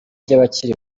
ry’abakiri